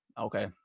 Okay